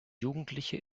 jugendliche